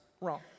wrong